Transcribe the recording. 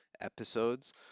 episodes